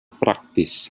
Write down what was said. praktis